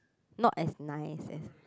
not as nice as